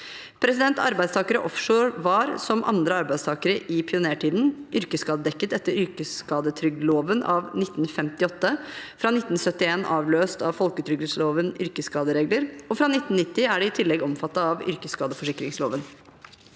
Arbeidstakere offshore var, som andre arbeidstakere i pionertiden, yrkesskadedekket etter yrkesskadetrygdloven av 1958, fra 1971 avløst av folketrygdlovens yrkesskaderegler. Fra 1990 er de i tillegg omfattet av yrkesskadeforsikringsloven.